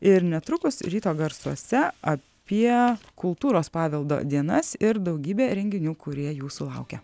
ir netrukus ryto garsuose apie kultūros paveldo dienas ir daugybė renginių kurie jūsų laukia